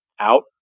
out